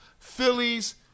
Phillies